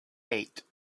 eight